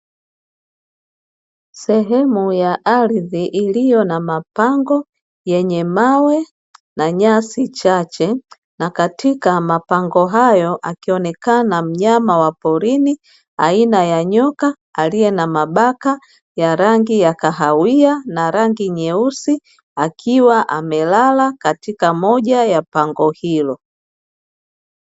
Sehemu ya ardhi iliyo na mapango yenye mawe na nyasi chache, na katika mapango hayo akionekana mnyama wa porini aina ya nyoka alie na mabaka ya rangi ya kahawia na rangi nyeusi akiwa amelala katika moja ya pango hilo.